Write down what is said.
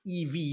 EV